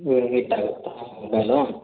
over heat ಆಗುತ್ತಾ mobile